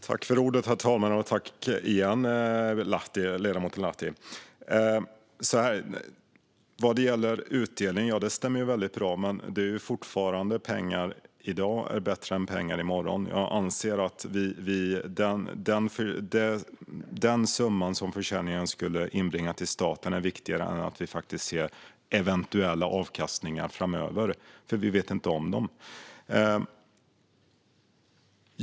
Herr talman! Tack igen, ledamoten Lahti! Så här är det: Det du säger om utdelning stämmer, men det är fortfarande så att pengar i dag är bättre än pengar i morgon. Jag anser att den summa som försäljningen skulle inbringa till staten är viktigare än eventuella avkastningar framöver, för vi vet ju inget om dem.